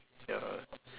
ya